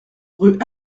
rue